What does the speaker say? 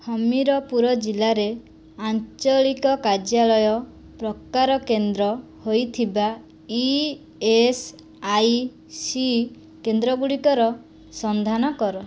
ହମିରପୁର ଜିଲ୍ଲାରେ ଆଞ୍ଚଳିକ କାର୍ଯ୍ୟାଳୟ ପ୍ରକାର କେନ୍ଦ୍ର ହୋଇଥିବା ଇ ଏସ୍ ଆଇ ସି କେନ୍ଦ୍ର ଗୁଡ଼ିକର ସନ୍ଧାନ କର